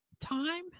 time